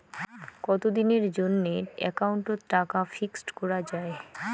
কতদিনের জন্যে একাউন্ট ওত টাকা ফিক্সড করা যায়?